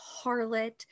harlot